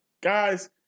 Guys